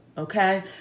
Okay